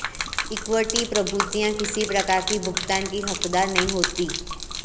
equity प्रभूतियाँ किसी प्रकार की भुगतान की हकदार नहीं होती